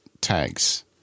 tags